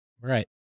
Right